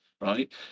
right